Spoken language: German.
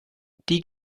die